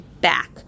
back